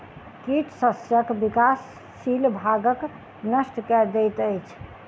कीट शस्यक विकासशील भागक नष्ट कय दैत अछि